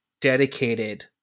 dedicated